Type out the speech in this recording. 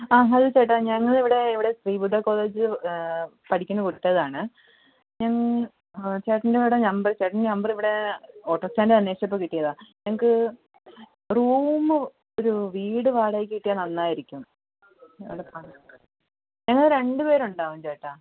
ആ ഹലോ ചേട്ടാ ഞങ്ങളിവിടെ ഇവിടെ ശ്രീ ബുദ്ധ കോളേജ് പഠിക്കുന്ന കുട്ടികളാണ് ചേട്ടൻ്റെ അവിടെ നമ്പര് ചേട്ടൻ്റെ നമ്പർ ഇവിടെ ഓട്ടോസ്റ്റാൻഡിൽ അനേഷിച്ചപ്പോൾ കിട്ടിയതാ ഞങ്ങൾക്ക് റൂമ് ഒരു വീട് വാടകക്ക് കിട്ടിയാൽ നന്നായിരിക്കും ഞങ്ങൾ രണ്ടുപേർ ഉണ്ടാവും ചേട്ടാ